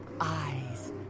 eyes